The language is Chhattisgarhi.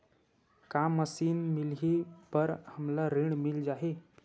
का मशीन मिलही बर हमला ऋण मिल जाही?